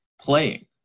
playing